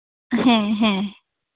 ᱦᱮᱸ ᱦᱮᱸ